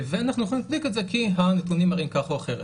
ואנחנו נצדיק את זה כי הנתונים מראים כך או אחרת.